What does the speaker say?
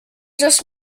just